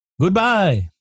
goodbye